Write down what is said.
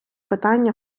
питання